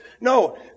No